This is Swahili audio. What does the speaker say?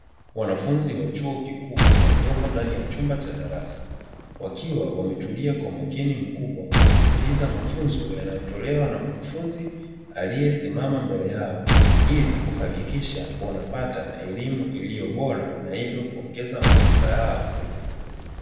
Wanafunzi wa chuo kikuu waliyopo ndani ya chumba cha darasa wakiwa wametulia kwa umakini mkubwa wanasikiliza mafunzo yanayotolewa na mkufunzi aliyesimama mbele yao, ili kuhakikisha wanapata elimu iliyo bora na hivyo kuongeza maarifa yao.